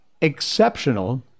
exceptional